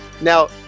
Now